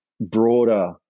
broader